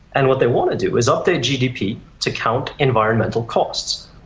and what they want to do is up their gdp to count environmental costs,